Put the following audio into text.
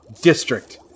District